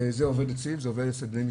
וזה עובד אצלי וזה עובד אצל בני משפחתי,